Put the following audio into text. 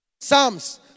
Psalms